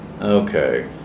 Okay